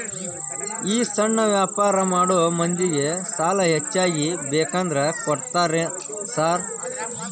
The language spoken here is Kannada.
ಈ ಸಣ್ಣ ವ್ಯಾಪಾರ ಮಾಡೋ ಮಂದಿಗೆ ಸಾಲ ಹೆಚ್ಚಿಗಿ ಬೇಕಂದ್ರ ಕೊಡ್ತೇರಾ ಸಾರ್?